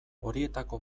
horietako